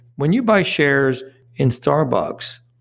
when you buy shares in starbucks,